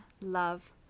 love